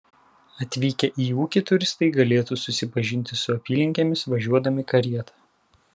atvykę į ūkį turistai galėtų susipažinti su apylinkėmis važiuodami karieta